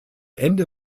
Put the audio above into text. ende